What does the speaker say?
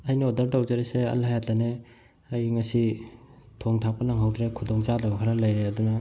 ꯑꯩꯅ ꯑꯣꯗꯔ ꯇꯧꯖꯔꯔꯤꯁꯦ ꯑꯜ ꯍꯥꯌꯥꯠꯇꯅꯦ ꯑꯩ ꯉꯁꯤ ꯊꯣꯡ ꯊꯥꯛꯄ ꯅꯪꯍꯧꯗ꯭ꯔꯦ ꯈꯨꯗꯣꯡ ꯆꯥꯗꯕ ꯈꯔ ꯂꯩꯔꯦ ꯑꯗꯨꯅ